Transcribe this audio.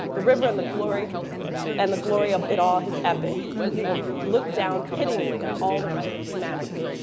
the river and the glory and the glory of it all, his epic. and he will look down pityingly on and all the rest of humanity.